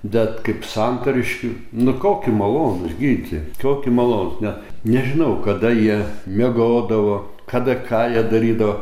bet kaip santariškių nu koki malonūs gydytojai koki malonūs ne nežinau kada jie miegodavo kada ką jie darydavo